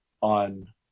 on